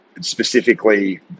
specifically